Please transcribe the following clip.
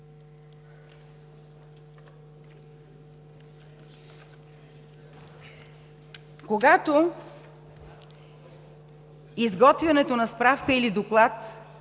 „Когато изготвянето на справка или доклад